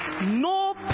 No